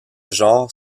genre